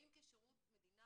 האם כשירות מדינה,